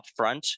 upfront